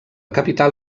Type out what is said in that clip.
capital